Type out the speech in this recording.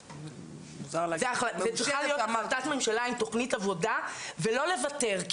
זאת צריכה להיות החלטת ממשלה עם תוכנית עבודה ולא לוותר,